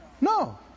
No